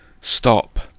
Stop